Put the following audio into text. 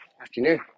afternoon